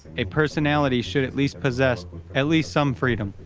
a personality should at least possess at least some freedom,